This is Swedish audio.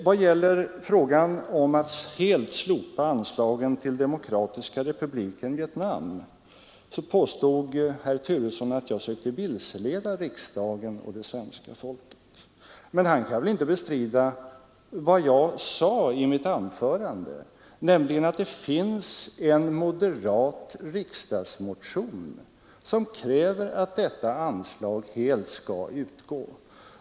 Vad beträffar kravet att helt slopa anslagen till Demokratiska republiken Vietnam påstod herr Turesson att jag sökte vilseleda riksdagen och det svenska folket. Men herr Turesson kan väl inte bestrida vad jag sade i mitt anförande, nämligen att det finns en moderat riksdagsmotion som kräver att detta anslag helt skall utgå.